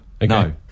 No